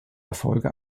erfolge